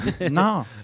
No